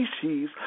species